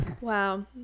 Wow